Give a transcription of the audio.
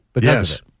Yes